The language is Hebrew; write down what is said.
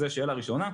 זו שאלה ראשונה.